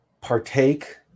partake